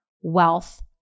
wealth